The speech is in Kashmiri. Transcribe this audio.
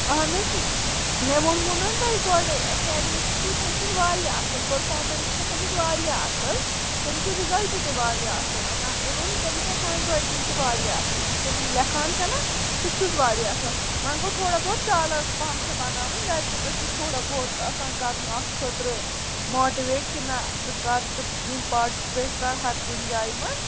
اَہن حظ مےٚ ووٚنمو نَہ تۄہہِ گۄڈَے اٮ۪کیڈمِکٕس چھُو تٔمۍ سُنٛد واریاہ اَصٕل پٔرفامٮ۪نٕس چھےٚ تٔمِس واریاہ اَصٕل تٔمِس چھُ رِزَلٹ تہِ واریاہ اَصٕل آسان اِوٕن تٔمِس چھےٚ ہینٛڈ رایٹِنٛگ تہٕ واریاہ اَصٕل یُس تِم لیکھان چھےٚ نَہ سُہ تہِ چھُس واریاہ اَصٕل وۄنۍ گوٚو تھوڑا بہت چالاک پَہَم چھےٚ بناوٕنۍ گرِ تہِ گٔژھٕس تھوڑا بہت آسان کرُن اَتھ خٲطرٕماٹِویٹ کہِ نَہ ژٕ کر ژٕ یِم پاٹِسِپیٹ کر ہَر کُنہِ جایہِ منٛز